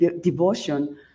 devotion